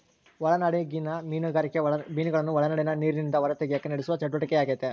ಒಳನಾಡಿಗಿನ ಮೀನುಗಾರಿಕೆ ಮೀನುಗಳನ್ನು ಒಳನಾಡಿನ ನೀರಿಲಿಂದ ಹೊರತೆಗೆಕ ನಡೆಸುವ ಚಟುವಟಿಕೆಯಾಗೆತೆ